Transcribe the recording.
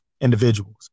individuals